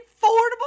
affordable